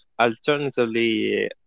alternatively